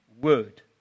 word